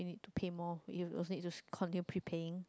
pay more you you'll need to continue prepaying